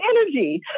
energy